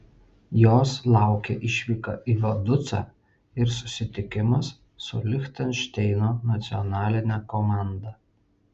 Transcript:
jos laukia išvyka į vaducą ir susitikimas su lichtenšteino nacionaline komanda